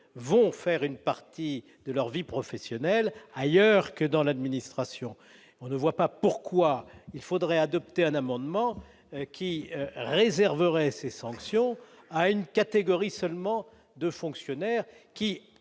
font une partie de leur vie professionnelle ailleurs que dans l'administration. Pourquoi devrions-nous adopter un amendement qui réserverait les sanctions à une catégorie seulement de fonctionnaires,